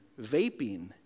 vaping